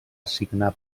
assignar